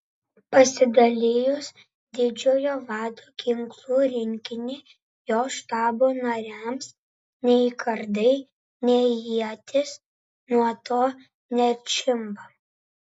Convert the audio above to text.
pasidalijus didžiojo vado ginklų rinkinį jo štabo nariams nei kardai nei ietys nuo to neatšimpa